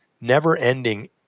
never-ending